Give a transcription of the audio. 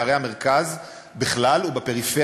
בערי המרכז ובפריפריה.